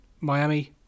Miami